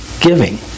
giving